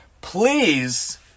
Please